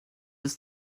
ist